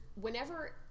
whenever